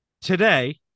today